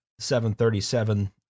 737